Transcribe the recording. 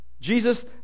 Jesus